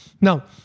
Now